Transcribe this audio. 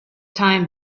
time